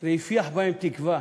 זה הפיח בהם תקווה,